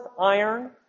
iron